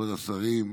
כבוד השרים,